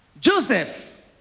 Joseph